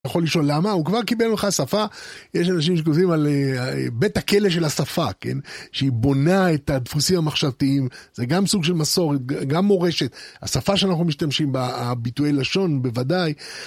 אתה יכול לשאול למה? הוא כבר קיבל לך שפה, יש אנשים שקורסים על בית הכלא של השפה, כן? שהיא בונה את הדפוסים המחשבתיים, זה גם סוג של מסורת, גם מורשת, השפה שאנחנו משתמשים בה, הביטויי לשון בוודאי.